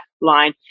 line